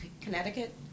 Connecticut